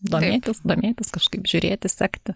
domėtis domėtis kažkaip žiūrėti sekti